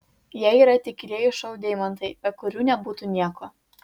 jie yra tikrieji šou deimantai be kurių nebūtų nieko